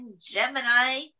Gemini